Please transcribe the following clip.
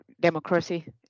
democracy